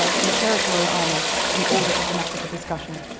ah in the territorial army an order is a matter for discussion.